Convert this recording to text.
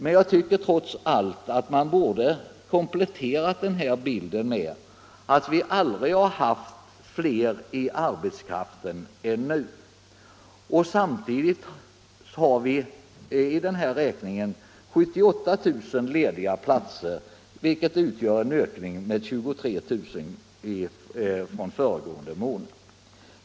Men jag tycker trots allt att man borde ha kompletterat bilden med att vi aldrig har haft fler i arbetslivet än nu. Samtidigt har vi enligt den här räkningen 78 000 lediga platser, vilket innebär en ökning med 23 000 från föregående månad.